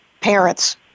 Parents